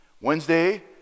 Wednesday